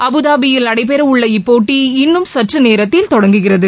அபுதாபியில் நடைபெறவுள்ள இப்போட்டி இன்னும் சற்று நேரத்தில் தொடங்குகிறது